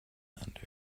slander